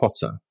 Potter